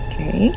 Okay